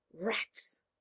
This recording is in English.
Rats